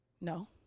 No